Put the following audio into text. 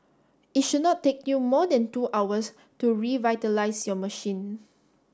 it should not take you more than two hours to revitalise your machine